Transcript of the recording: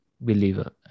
believer